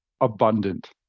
abundant